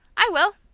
i will!